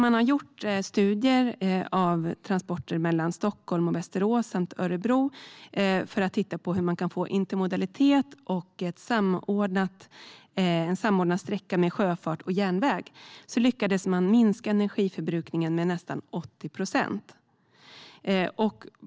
Man har gjort studier av transporter mellan Stockholm och Västerås samt Örebro för att titta på hur man kan få intermodalitet och en samordnad sträcka med sjöfart och järnväg, och man lyckades minska energiförbrukningen med nästan 80 procent.